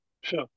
Sure